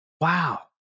wow